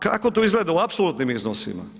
Kako to izgleda u apsolutnim iznosima?